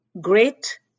great